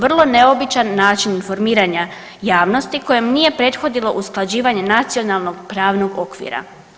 Vrlo neobičan način informiranja javnosti kojem nije prethodilo usklađivanje nacionalnog pravnog okvira.